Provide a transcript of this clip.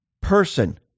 person